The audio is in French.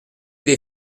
des